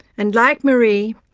and like marie,